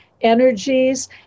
Energies